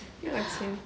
没有钱